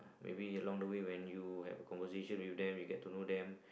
maybe along the way when you had a conversation with them you get to know them